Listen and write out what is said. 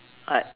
what